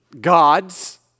God's